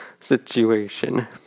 situation